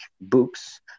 books